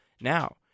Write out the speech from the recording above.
Now